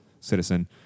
citizen